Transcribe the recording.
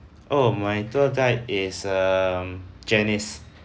oh my tour guide is um janice